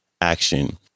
action